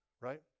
right